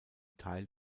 teil